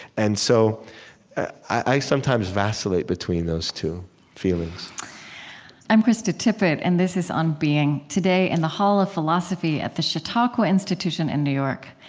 and so i sometimes vacillate between those two feelings i'm krista tippett, and this is on being. today, in the hall of philosophy at the chautauqua institution in new york,